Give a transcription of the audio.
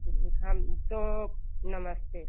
जी हम तो नमस्ते